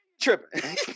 Tripping